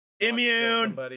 Immune